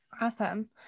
Awesome